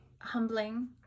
humbling